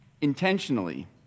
intentionally